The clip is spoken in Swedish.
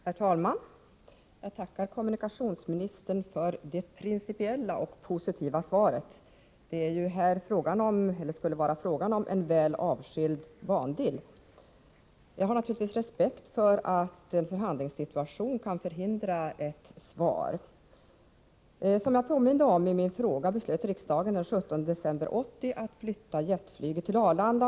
Herr talman! Jag tackar kommunikationsministern för det principiella och positiva svaret. Det måste alltså vara fråga om en väl avskild bandel. Jag har naturligtvis respekt för att en förhandlingssituation kan förhindra ett svar. Som jag påminde om i min fråga beslöt riksdagen den 17 december 1980 att flytta jetflyget till Arlanda.